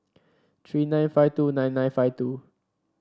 three nine five two nine nine five two